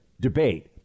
debate